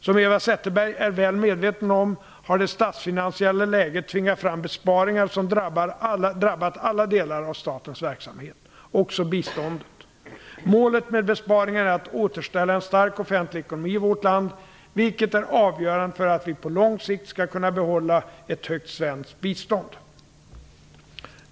Som Eva Zetterberg är väl medveten om, har det statsfinansiella läget tvingat fram besparingar som drabbat alla delar av statens verksamhet, också biståndet. Målet med besparingarna är att återställa en stark offentlig ekonomi i vårt land, vilket är avgörande för att vi på lång sikt skall kunna behålla ett högt svenskt bistånd.